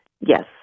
Yes